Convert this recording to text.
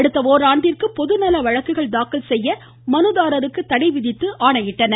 அடுத்த ஓராண்டிற்கு பொதுநல வழக்குகள் தாக்கல் செய்ய மனுதாரருக்கு தடை விதித்து ஆணையிட்டனர்